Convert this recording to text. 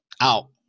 out